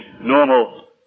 normal